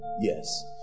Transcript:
Yes